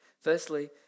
Firstly